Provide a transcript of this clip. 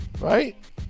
right